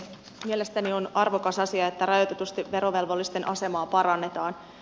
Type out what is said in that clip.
mielestäni on arvokas asia että rajoitetusti verovelvollisten asemaa parannetaan